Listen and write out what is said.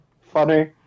funny